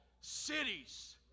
cities